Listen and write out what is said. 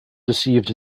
deceived